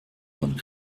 von